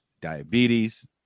Diabetes